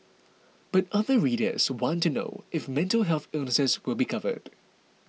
but other readers want to know if mental health illnesses will be covered